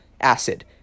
acid